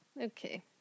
Okay